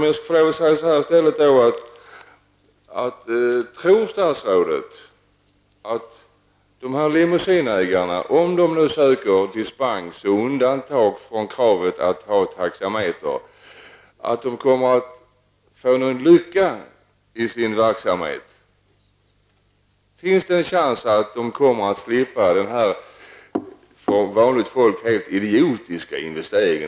Jag frågar då i stället så här: Tror statsrådet att de limousinägare som söker dispens och undantag från kravet att ha taxameter kommer att få någon framgång med detta? Finns det en chans att de kommer att slippa göra den här för vanligt folk helt idiotiska investeringen?